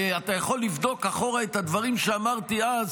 ואתה יכול לבדוק אחורה את הדברים שאמרתי אז,